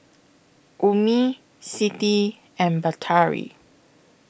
Ummi Siti and Batari